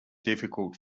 difficult